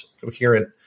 coherent